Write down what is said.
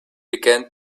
began